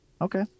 okay